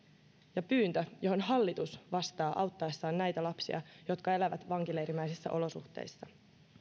pyyntö johon hallitus vastaa auttaessaan näitä lapsia jotka elävät vankileirimäisissä olosuhteissa